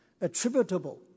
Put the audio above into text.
attributable